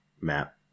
Map